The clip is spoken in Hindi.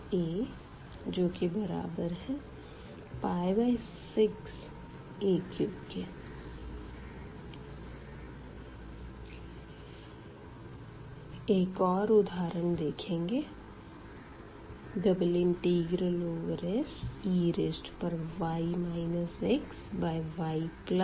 0a 6a3 एक और उदाहरण देखेंगे Sey xyxdxdy